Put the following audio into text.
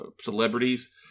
celebrities